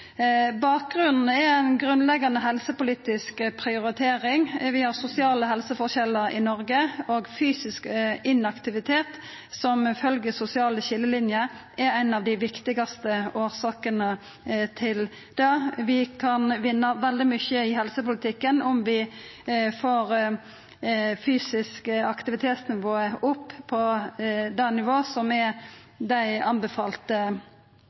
Bakgrunnen er ei grunnleggjande helsepolitisk prioritering. Vi har sosiale helseforskjellar i Noreg, og fysisk inaktivitet, som følgjer sosiale skiljelinjer, er ein av dei viktigaste årsakene til det. Vi kan vinna veldig mykje i helsepolitikken om vi får fysisk aktivitet opp på dei anbefalte